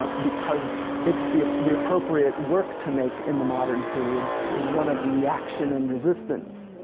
because it's the the appropriate work to make in the modern period is one of reaction and resistance.